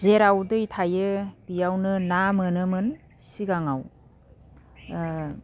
जेराव दै थायो बेयावनो ना मोनोमोन सिगाङाव